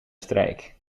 strijk